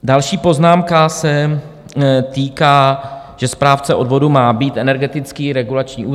Další poznámka se týká, že správce odvodů má být Energetický regulační úřad.